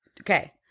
Okay